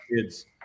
kids